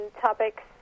topics